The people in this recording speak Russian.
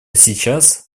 сейчас